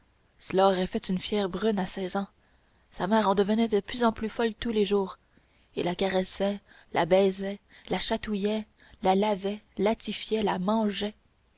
cela aurait fait une fière brune à seize ans sa mère en devenait de plus en plus folle tous les jours elle la caressait la baisait la chatouillait la lavait l'attifait la mangeait